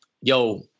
Yo